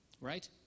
Right